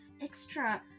extra